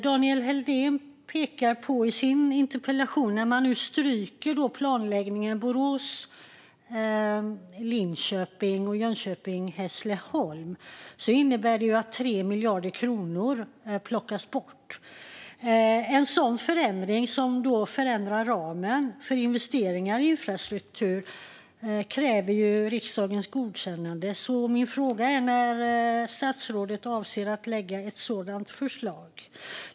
Daniel Helldén pekar i sin interpellation på att när man nu stryker planläggningen för Borås-Linköping och Jönköping-Hässleholm innebär det att 3 miljarder kronor plockas bort. En sådan förändring, som förändrar ramen för investeringar i infrastruktur, kräver riksdagens godkännande. När avser statsrådet att lägga fram ett sådant förslag?